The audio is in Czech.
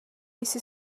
jsi